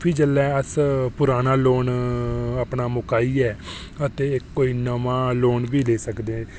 ते भी जेल्लै अस अपना पराना लोन मकाइयै ते भी इक्क कोई नमां लोन बी लेई सकदे